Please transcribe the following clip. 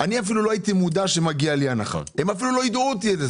אפילו לא הייתי מודע שמגיעה לי הנחה ולא יידעו אותי.